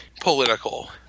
political